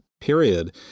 period